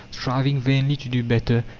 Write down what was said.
striving vainly to do better,